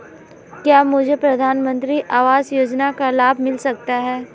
क्या मुझे प्रधानमंत्री आवास योजना का लाभ मिल सकता है?